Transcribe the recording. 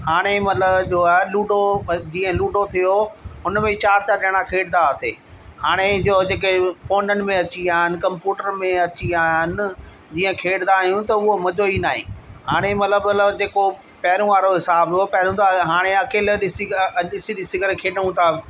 हाणे मतिलब जो आहे लूडो जीअं लूडो थियो हुनमें चारि चारि ॼणा खेॾंदा हुआसीं हाणे जो जेके फ़ोननि में अची विया आहिनि कंपूटर में अची विया आहिनि जीअं खेॾंदा आहियूं त उहो मजो ई न आहे हाणे मतिलब मतिलब जेको पहिरियों वारो हिसाब हो पहिरियों त हाणे अकेलो ॾिसी ॾिसी ॾिसी करे खेॾूं था